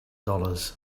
dollars